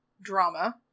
drama